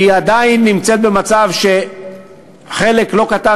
היא עדיין נמצאת במצב שחלק לא קטן